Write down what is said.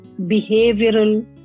behavioral